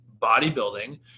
bodybuilding